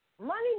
Money